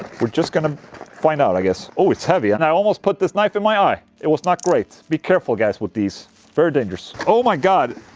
we're just gonna find out i guess oh it's heavy and i almost put this knife in my eye, it was not great be careful guys with these, very dangerous oh my god.